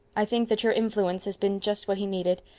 i think that your influence has been just what he needed.